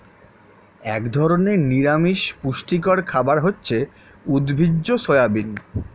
এক ধরনের নিরামিষ পুষ্টিকর খাবার হচ্ছে উদ্ভিজ্জ সয়াবিন